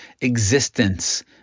existence